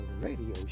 Radio